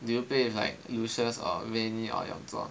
do you play with like Lucius or Wayne or Yongzhong